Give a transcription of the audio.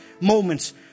moments